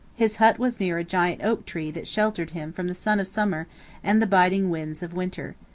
his hut was near a giant oak tree that sheltered him from the sun of summer and the biting winds of winter.